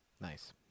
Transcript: Nice